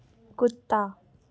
कुत्ता